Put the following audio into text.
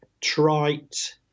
trite